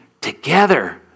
together